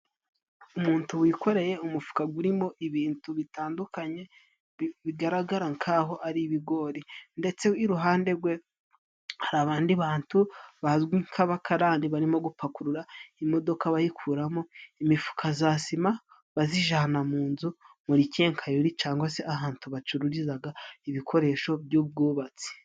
Umuntu wikoreye umufuka gwurimo ibintu bitandukanye, bigaragara nk'aho ari ibigori, ndetse iruhande rwe hari abandi bantu bazwi nk'abakarani barimo gupakurura imodoka bayikuramo imifuka za sima, bazijana mu nzu muri kenkayori cyangwa se ahantu bacururizaga ibikoresho by'ubwubatsi.